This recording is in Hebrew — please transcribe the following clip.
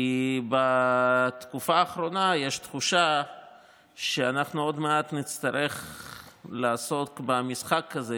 כי בתקופה האחרונה יש תחושה שאנחנו עוד מעט נצטרך לעסוק במשחק הזה,